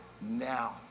now